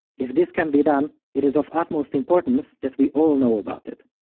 if this can be done, it is of utmost importance that we all know about it!